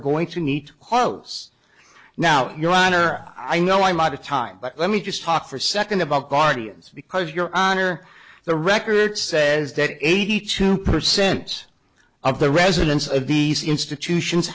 going to need hols now your honor i know i'm out of time but let me just talk for a second about guardians because your honor the record says that eighty two percent of the residents of these institutions